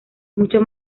mucho